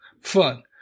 fun